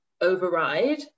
override